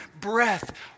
breath